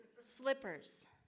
slippers